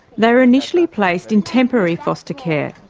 they were initially placed in temporary foster care.